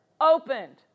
opened